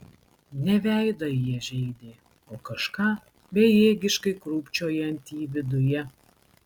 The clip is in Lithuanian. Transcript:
ne veidą jie žeidė o kažką bejėgiškai krūpčiojantį viduje